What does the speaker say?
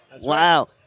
Wow